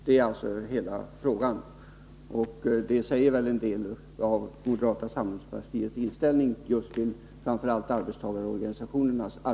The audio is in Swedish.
Det säger en hel del om moderata samlingspartiets inställning till framför allt arbetstagarnas organisationer.